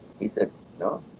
he says no.